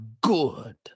good